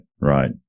right